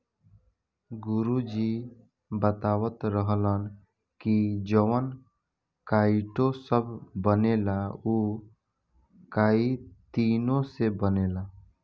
गुरु जी बतावत रहलन की जवन काइटो सभ बनेला उ काइतीने से बनेला